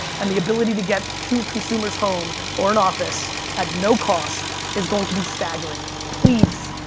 and the ability to get two consumers home or an office at no cost is going to be staggering. please,